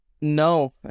No